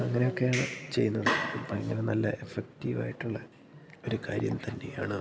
അങ്ങനെയൊക്കെയാണ് ചെയ്യുന്നത് ഭയങ്കര നല്ല എഫക്റ്റീവ് ആയിട്ടുള്ള ഒരു കാര്യം തന്നെയാണ്